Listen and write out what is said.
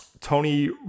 Tony